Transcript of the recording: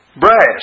Brass